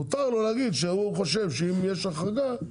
מותר לו להגיד שהוא חושב שאם יש החרגה,